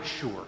sure